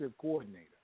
coordinator